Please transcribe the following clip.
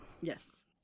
yes